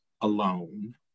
alone